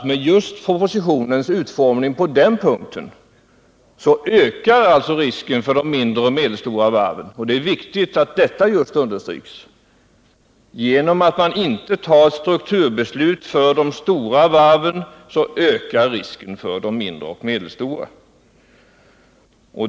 Med propositionens utformning på den punkten ökar nämligen risken för de mindre och medelstora varven, och det är viktigt att just detta klargörs. Genom att strukturbeslut inte tas för de stora varven ökar risken för de mindre och medelstora.